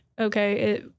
Okay